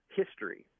history